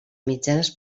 mitjanes